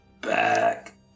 back